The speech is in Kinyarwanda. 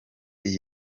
iyi